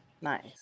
Nice